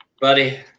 buddy